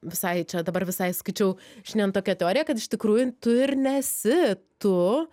visai čia dabar visai skaičiau šiandien tokią teoriją kad iš tikrųjų tu ir nesi tu